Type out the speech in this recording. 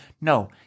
No